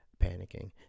panicking